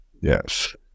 Yes